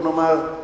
בוא נאמר,